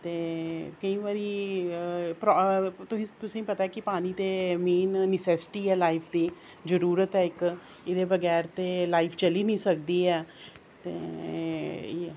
ते केईं बारी तुसें ई पता ऐ कि पानी ते मेन नसैसिटी ऐ लाइफ दी जरूरत ऐ इक जेहदे बगैर ते लाइफ चली निं सकदी एह् ऐ